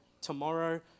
tomorrow